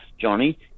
Johnny